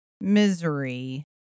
misery